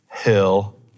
hill